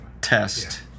test